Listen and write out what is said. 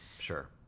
Sure